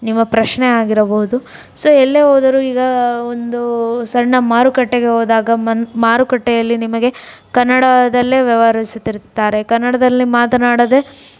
ನಿಮ್ಮ ಪ್ರಶ್ನೆ ಆಗಿರಬಹುದು ಸೊ ಎಲ್ಲೇ ಹೋದರೂ ಈಗ ಒಂದು ಸಣ್ಣ ಮಾರುಕಟ್ಟೆಗೆ ಹೋದಾಗ ಮಾರುಕಟ್ಟೆಯಲ್ಲಿ ನಿಮಗೆ ಕನ್ನಡದಲ್ಲೇ ವ್ಯವಹರಿಸುತ್ತಿರುತ್ತಾರೆ ಕನ್ನಡದಲ್ಲಿ ಮಾತನಾಡದೇ